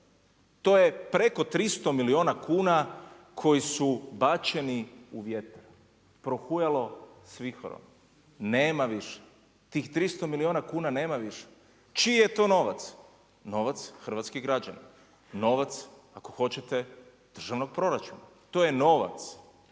To je preko 300 milijuna kuna koji su bačeni u vjetar, prohujalo s vihorom, nema više. Tih 300 milijuna kuna nema više. Čiji je to novac? Novac hrvatskih građana, novac ako hoćete državnog proračuna. To je novac